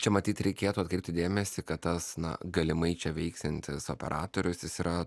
čia matyt reikėtų atkreipti dėmesį kad tas na galimai čia veiksiantis operatorius jis yra